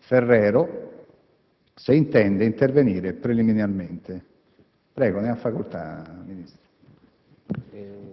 Ferrero, se intende intervenire preliminarmente. FERRERO, *ministro